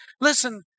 listen